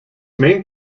main